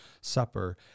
supper